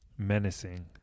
Menacing